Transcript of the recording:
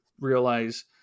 realize